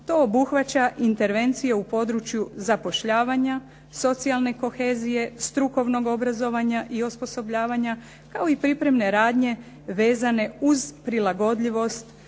"to obuhvaća intervencije u području zapošljavanja, socijalne kohezije, strukovnog obrazovanja i osposobljavanja kao i pripremne radnje vezane uz prilagodljivost